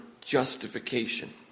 justification